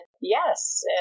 Yes